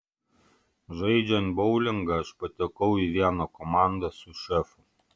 žaidžiant boulingą aš patekau į vieną komandą su šefu